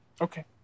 Okay